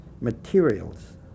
materials